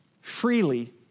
freely